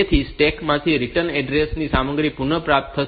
તેથી તે સ્ટેક માંથી રીટર્ન એડ્રેસ ની સામગ્રી પુનઃપ્રાપ્ત કરશે